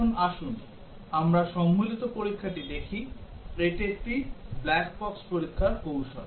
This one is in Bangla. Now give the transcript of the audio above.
এখন আসুন আমরা সম্মিলিত পরীক্ষাটি দেখি এটি একটি ব্ল্যাক বক্স পরীক্ষার কৌশল